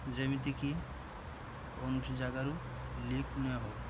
ଯେମିତିକି କୌଣସି ଜାଗାରୁ ଲିକ୍ ନେ ହଉ